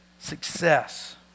success